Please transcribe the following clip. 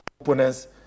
opponents